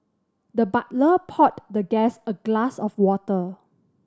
the butler poured the guest a glass of water